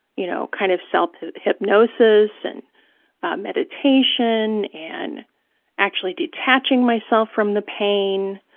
you know, kind of self-hypnosis and meditation and actually detaching myself from the pain.